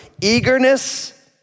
eagerness